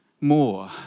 More